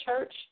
Church